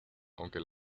aunque